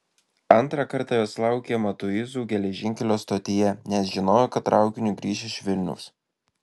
antrą kartą jos laukė matuizų geležinkelio stotyje nes žinojo kad traukiniu grįš iš vilniaus